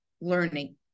learning